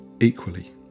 equally